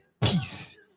peace